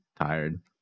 tired